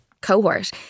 cohort